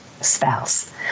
spouse